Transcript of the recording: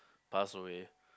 passed away